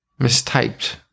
Mistyped